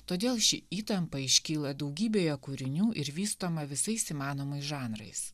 todėl ši įtampa iškyla daugybėje kūrinių ir vystoma visais įmanomais žanrais